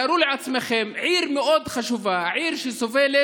תארו לעצמכם, עיר מאוד חשובה, עיר שסובלת